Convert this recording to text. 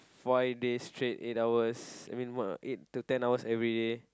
five days straight eight hours I mean what uh eight to ten hours everyday